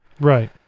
Right